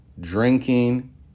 drinking